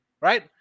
Right